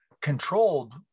controlled